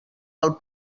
del